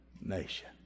nation